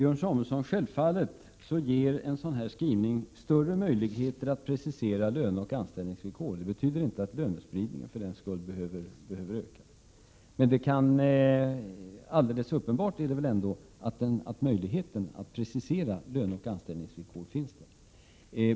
Fru talman! Självfallet, Björn Samuelson, ger en sådan här skrivning större möjligheter att precisera löneoch anställningsvillkor, men det betyder för den skull inte att lönespridningen behöver öka. Alldeles uppenbart är ändå att möjligheten att precisera löneoch anställningsvillkor finns.